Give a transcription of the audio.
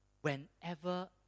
whenever